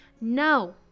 No